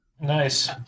Nice